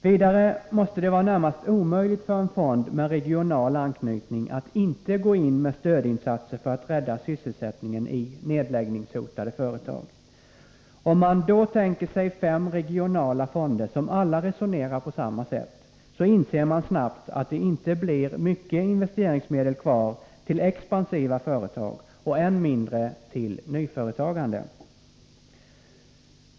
Vidare måste det vara närmast omöjligt för en fond med regional anknytning att inte gå in med stödinsatser för att rädda sysselsättningen i nedläggningshotade företag. Om man tänker sig fem regionala fonder som alla resonerar på samma sätt, inser man snabbt att det inte blir mycket investeringsmedel kvar till expansiva företag och än mindre till nyföretagande.